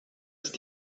ist